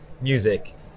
music